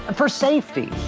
and for safety!